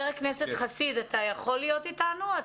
אתה יכול להיות איתנו?